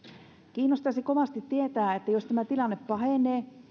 kiinnostaisi kovasti tietää että jos tämä tilanne pahenee